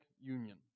union